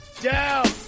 down